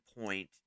point